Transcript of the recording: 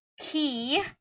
key